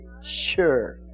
sure